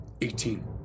Eighteen